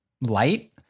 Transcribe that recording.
light